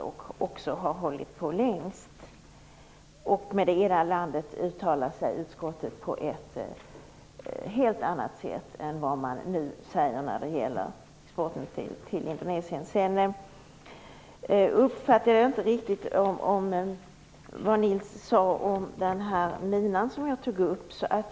Där har man också hållit på längst. Utskottet uttalar sig på ett helt annat sätt om det ena landet än när det nu gäller exporten till Indonesien. Jag uppfattade inte riktigt vad Nils T Svensson sade om minan som jag pratade om.